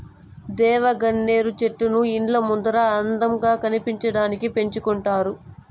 దేవగన్నేరు చెట్లను ఇండ్ల ముందర అందంగా కనిపించడానికి పెంచుకుంటారు